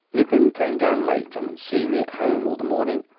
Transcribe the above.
lupin came down late, and seeing me at home all the morning,